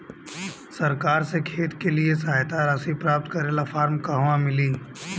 सरकार से खेत के लिए सहायता राशि प्राप्त करे ला फार्म कहवा मिली?